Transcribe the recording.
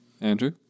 Andrew